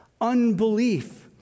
unbelief